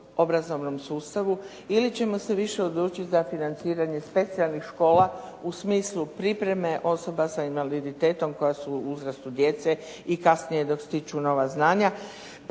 ili ćemo se više odlučit za financiranje specijalnih škola u smislu pripreme osoba sa invaliditetom koja su u uzrastu djece i kasnije dok stječu nova znanja